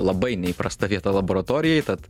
labai neįprasta vieta laboratorijai tad